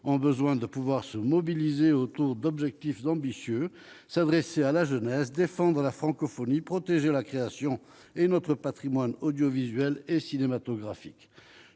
ont besoin de se mobiliser autour d'objectifs ambitieux : s'adresser à la jeunesse, défendre la francophonie, protéger la création et notre patrimoine audiovisuel et cinématographique.